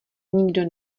nikdo